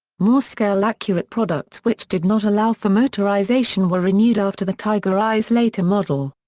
more scale-accurate products which did not allow for motorization were renewed after the tiger i's later model.